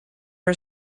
are